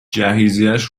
جهیزیهش